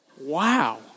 wow